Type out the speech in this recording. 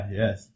yes